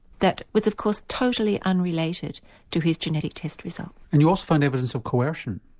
that was, of course, totally unrelated to his genetic test result. and you also found evidence of coercion.